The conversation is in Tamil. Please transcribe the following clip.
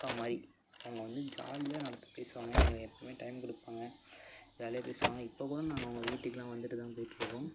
அக்கா மாதிரி அவங்க வந்து ஜாலியாக நடத் பேசுவாங்க எங்களுக்கு எப்பேயுமே டைம் கொடுப்பாங்க ஜாலியாக பேசுவாங்க இப்போ கூட நான் அவங்க வீட்டுக்கெலாம் வந்துட்டுதான் போயிட்ருக்கோம்